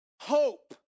Hope